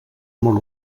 molt